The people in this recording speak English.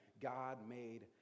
God-made